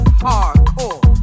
hardcore